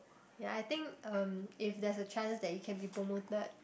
ya I think um if there's a chance that you can be promoted